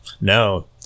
No